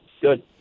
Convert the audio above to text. good